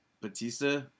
Batista